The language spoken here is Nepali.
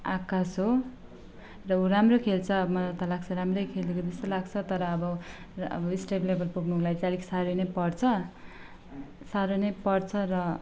आकाश हो र ऊ राम्रो खेल्छ अब मलाई त लाग्छ राम्रै खेलेको जस्तै लाग्छ तर अब र अब स्टेट लेभेल पुग्नुको लागि चाहिँ आलिक साह्रै नै पर्छ साह्रै नै पर्छ र